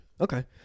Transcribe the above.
Okay